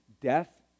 death